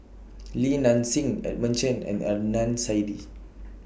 Li Nanxing Edmund Chen and Adnan Saidi